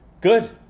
Good